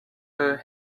her